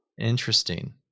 Interesting